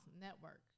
Network